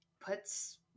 puts